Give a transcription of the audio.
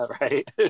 Right